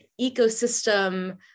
ecosystem